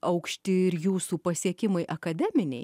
aukšti ir jūsų pasiekimai akademiniai